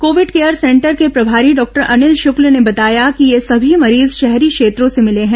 Covid care centre के प्रभारी doctor Anil Shukla ने बताया कि ये सभी मरीज शहरी क्षेत्रों से मिले हैं